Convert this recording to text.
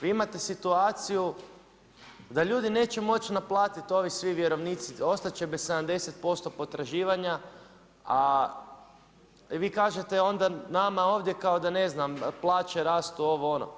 Vi imate situaciju da ljudi neće moći naplatiti, ovi svi vjerovnici, ostat će bez 70% potraživanja, a vi kažete onda nama ovdje kao da ne znam da plaće rastu ono, ono.